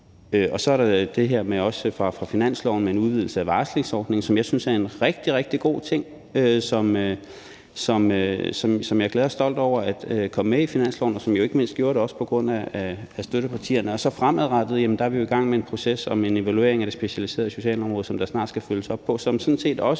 Og så er der det her fra finansloven med en udvidelse af varslingsordningen, som jeg synes er en rigtig, rigtig god ting, som jeg er glad og stolt over også kom med i finansloven, og som ikke mindst gjorde det på grund af støttepartierne. Også fremadrettet er vi jo i gang med en proces om en evaluering af det specialiserede socialområde, som der snart skal følges op på, og som sådan set også